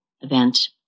event